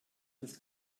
ist